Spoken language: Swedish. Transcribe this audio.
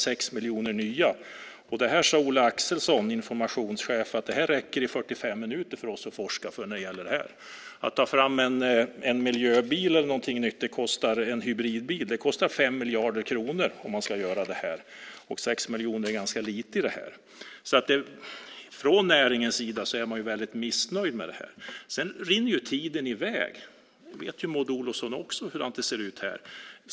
6 miljoner är nya pengar. Informationschefen Olle Axelson sade att det räcker till att forska i 45 minuter. Att ta fram en miljöbil, någonting nytt - en hybridbil - kostar 5 miljarder kronor. 6 miljoner är då ganska lite. Från näringens sida är man alltså väldigt missnöjd. Dessutom rinner tiden i väg. Också Maud Olofsson vet hur det ser ut i sammanhanget.